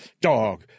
Dog